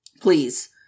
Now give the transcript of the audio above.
please